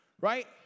right